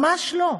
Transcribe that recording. ממש לא.